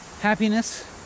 happiness